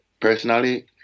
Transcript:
personally